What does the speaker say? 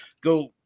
go